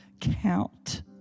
count